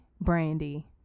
Brandy